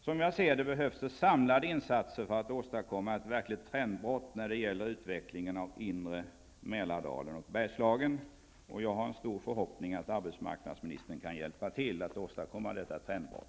Som jag ser det behövs det samlade insatser för att åstadkomma ett verkligt trendbrott när det gäller utvecklingen av inre Mälardalen och Bergslagen, och jag har en stor förhoppning om att arbetsmarknadsministern kan hjälpa till att åstadkomma detta trendbrott.